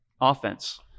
offense